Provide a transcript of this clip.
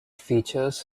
features